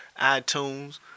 iTunes